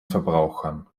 verbrauchern